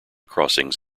crossings